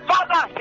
Father